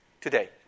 Today